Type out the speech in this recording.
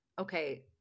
okay